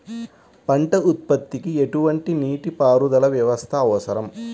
పంట ఉత్పత్తికి ఎటువంటి నీటిపారుదల వ్యవస్థ అవసరం?